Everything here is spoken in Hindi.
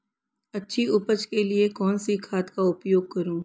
अच्छी उपज के लिए कौनसी खाद का उपयोग करूं?